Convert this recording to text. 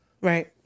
Right